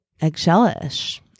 Eggshell-ish